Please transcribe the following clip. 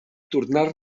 tornar